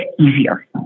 easier